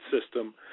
system